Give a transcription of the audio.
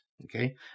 Okay